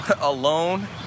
Alone